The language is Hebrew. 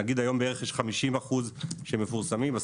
נגיד היום יש בערך חמישים אחוז שמפורסמים אז